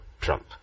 Trump